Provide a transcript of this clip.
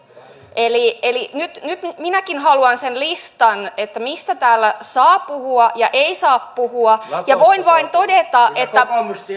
eli eli nyt nyt minäkin haluan sen listan mistä täällä saa puhua ja ei saa puhua voin vain todeta että